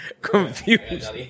Confused